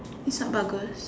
it's not bagus